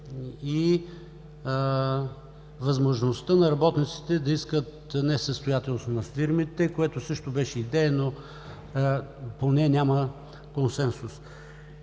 и възможността на работниците да искат несъстоятелност на фирмите, което също беше идея, но по нея няма консенсус.